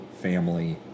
family